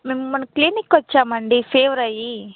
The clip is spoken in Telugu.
మేము మొన్న క్లినిక్కి వచ్చామండి ఫీవర్ అయ్యి